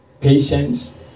patience